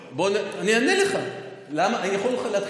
למה סופר כן ושוק לא?